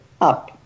up